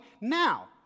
now